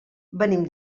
venim